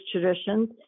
traditions